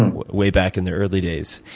and way back in the early days.